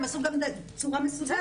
הם עשו גם בצורה מסודרת.